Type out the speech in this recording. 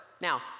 Now